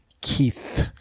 Keith